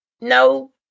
no